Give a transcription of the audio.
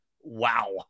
Wow